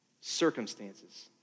Circumstances